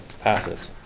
passes